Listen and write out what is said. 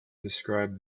described